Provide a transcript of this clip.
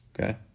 Okay